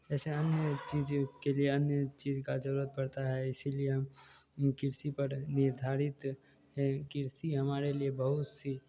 ऐसे अन्य चीज़ के लिए अन्य चीज़ की ज़रूरत पड़ती है इसीलिए हम कृषि पर निर्धारित हैं कृषि हमारे लिए बहुत सी